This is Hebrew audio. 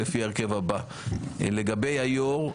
לפי ההרכב הבא: לגבי היו"ר,